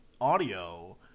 audio